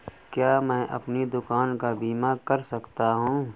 क्या मैं अपनी दुकान का बीमा कर सकता हूँ?